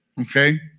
Okay